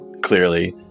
clearly